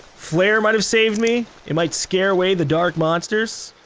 flare might have saved me. it might scare away the dark monsters.